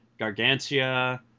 Gargantia